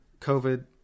covid